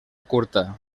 curta